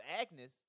Agnes